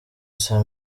saa